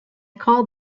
called